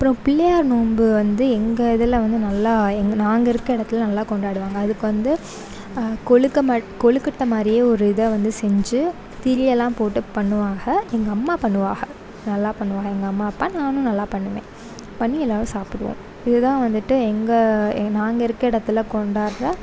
அப்றம் பிள்ளையார் நோன்பு வந்து எங்கள் இதில் வந்து நல்லா எங்கள் நாங்கள் இருக்க இடத்துல நல்லா கொண்டாடுவாங்க அதுக்கு வந்து கொழுக்கட்டை மாதிரியே ஒரு இதை வந்து செஞ்சு திரியெல்லாம் போட்டு பண்ணுவாங்க எங்க அம்மா பண்ணுவாங்க நல்லா பண்ணுவாங்க எங்கள் அம்மா அப்பா நான் நல்லா பண்ணுவேன் பண்ணி எல்லோரும் சாப்பிடுவோம் இதுதான் வந்துவிட்டு எங்கள் நாங்கள் இருக்க இடத்துல கொண்டாடுற